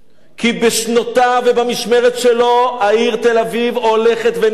כי בשנותיו ובמשמרת שלו העיר תל-אביב הולכת ונחרבת.